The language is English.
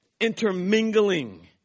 intermingling